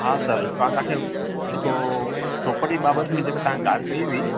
हा सर मां तव्हांखे जेको प्रॉपर्टी बाबति जेका तव्हां ॻाल्हि कई हुई